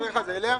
הפנייה,